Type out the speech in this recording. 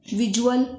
visual